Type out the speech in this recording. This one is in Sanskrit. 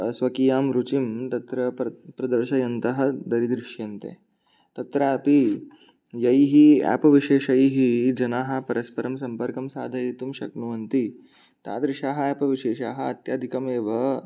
स्वकीयां रुचिं तत्र प्र प्रदर्शयन्तः दरीदृश्यन्ते तत्रापि यैः एप् विशेषैः जनाः परस्परं सम्पर्कं साधयितुं शक्नुवन्ति तादृशाः एप् विशेषाः अत्याधिकमेव